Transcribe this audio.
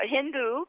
Hindu